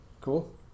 Cool